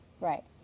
Right